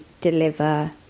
deliver